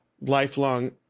lifelong